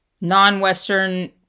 non-Western